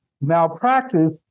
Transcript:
Malpractice